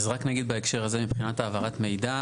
אז רק נגיד בהקשר הזה, מבחינת העברת מידע.